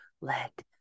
let